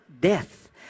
Death